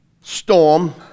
Storm